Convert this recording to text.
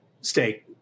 stay